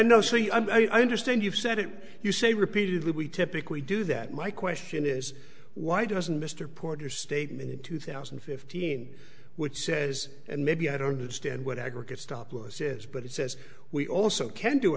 no see i don't understand you've said it you say repeatedly we typically do that my question is why doesn't mr porter statement in two thousand and fifteen which says and maybe i don't understand what aggregate stop loss is but it says we also can do